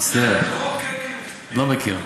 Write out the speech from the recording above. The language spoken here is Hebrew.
מצטער, לא מכיר.